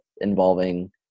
involving